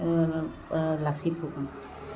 lassi Phukan